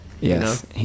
Yes